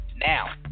now